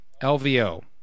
LVO